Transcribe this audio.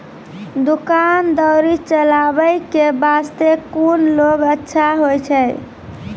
दुकान दौरी चलाबे के बास्ते कुन लोन अच्छा होय छै?